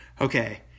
Okay